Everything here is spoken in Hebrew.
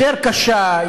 יותר קשה,